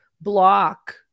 block